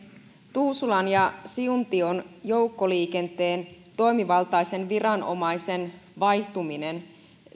tuusulan ja siuntion joukkoliikenteen toimivaltaisen viranomaisen vaihtuminen